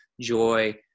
joy